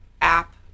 app